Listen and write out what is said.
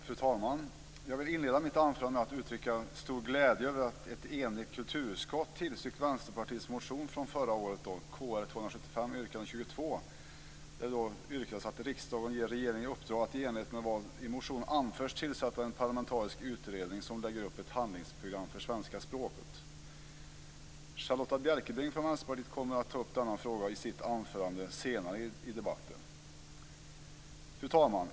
Fru talman! Jag vill inleda mitt anförande med att uttrycka stor glädje över att ett enigt kulturutskott tillstyrkt Vänsterpartiets motion från förra året Kr275 yrkande 22. Där yrkas det att riksdagen ger regeringen i uppdrag att i enlighet med vad i motionen anförts tillsätta en parlamentarisk utredning som lägger upp ett handlingsprogram för svenska språket. Charlotta Bjälkebring från Vänsterpartiet kommer att ta upp denna fråga i sitt anförande senare i debatten. Fru talman!